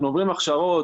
אנחנו עוברים הכשרות